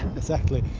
exactly.